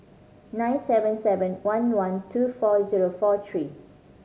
nine seven seven one one two four zero four three